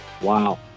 wow